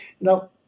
Now